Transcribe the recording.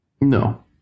No